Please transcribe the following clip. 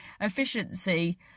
efficiency